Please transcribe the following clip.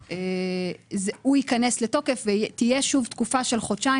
הוא ייכנס לתוקף ושוב תהיה תקופה של חודשיים